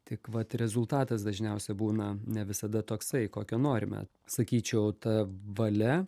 tik vat rezultatas dažniausia būna ne visada toksai kokio norime sakyčiau ta valia